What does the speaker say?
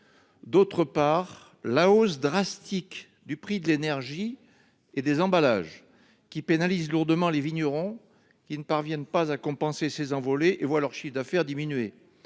D'autre part, la hausse drastique du prix de l'énergie et des emballages pénalise lourdement les vignerons, qui ne parviennent pas à compenser ces envolées et voient leur chiffre d'affaires diminuer.